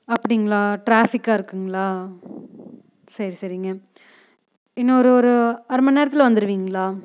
அப்படிங்களா டிராஃபிக்கா இருக்குதுங்களா சரி சரிங்க இன்னும் ஒரு ஒரு அரை மணி நேரத்தில் வந்துருவிங்களா